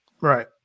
Right